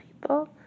people